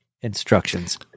instructions